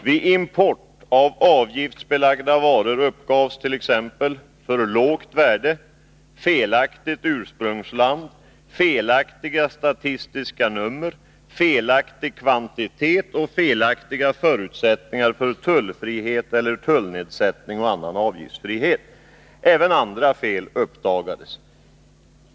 Vid import av avgiftsbelagda varor uppgavs t.ex. för lågt värde, felaktigt ursprungsland, felaktiga statistiska nummer, felaktig kvantitet och felaktiga förutsättningar för tullfrihet eller tullnedsättning och annan avgiftsfrihet. Även andra fel uppdagades.